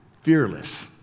fearless